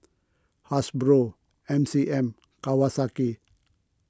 Hasbro M C M Kawasaki